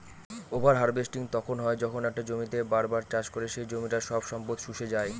over harvesting তখন হয় যখন একটা জমিতেই বার বার চাষ করে সে জমিটার সব সম্পদ শুষে যাই